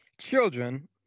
children